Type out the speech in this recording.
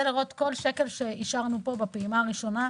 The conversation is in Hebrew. לראות כל שקל שאישרנו פה בפעימה הראשונה,